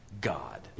God